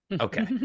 okay